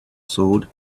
sword